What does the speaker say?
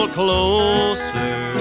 closer